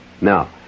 Now